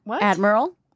admiral